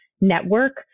network